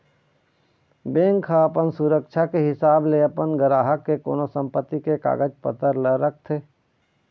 bank ह अपन सुरक्छा के हिसाब ले अपन गराहक के कोनो संपत्ति के कागज पतर ल रखथे